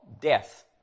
death